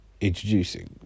Introducing